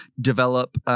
develop